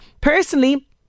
Personally